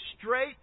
straight